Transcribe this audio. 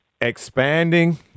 expanding